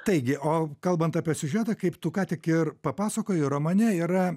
taigi o kalbant apie siužetą kaip tu kątik ir papasakojai romane yra